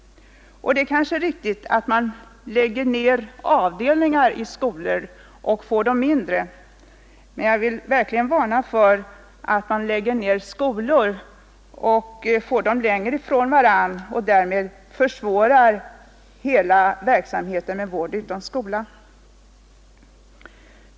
Och det är kanske riktigt att man lägger ner avdelningar i skolor och får dem mindre. Men jag vill verkligen varna för att lägga ner hela skolor och få dem längre från varandra; därmed försvåras hela verksamheten med vård utom skola.